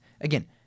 Again